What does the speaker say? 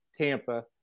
Tampa